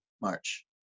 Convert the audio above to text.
March